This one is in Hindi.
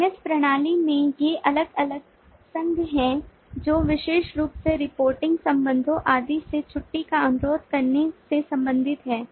LMS प्रणाली में ये अलग अलग संघ हैं जो विशेष रूप से रिपोर्टिंग संबंधों आदि से छुट्टी का अनुरोध करने से संबंधित हैं